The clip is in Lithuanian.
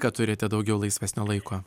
kad turite daugiau laisvesnio laiko